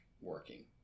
working